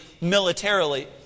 militarily